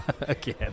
Again